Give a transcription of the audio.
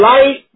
Light